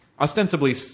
ostensibly